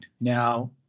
Now